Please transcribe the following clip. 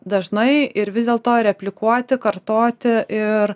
dažnai ir vis dėlto replikuoti kartoti ir